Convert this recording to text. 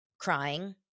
crying